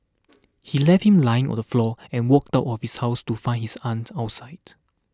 he left him lying on the floor and walked out of his house to find his aunt outside